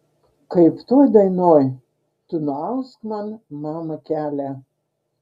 kaip toj dainoj tu nuausk man mama kelią